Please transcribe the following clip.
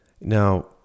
Now